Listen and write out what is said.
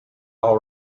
all